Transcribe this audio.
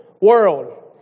world